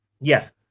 Yes